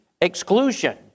exclusion